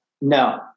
No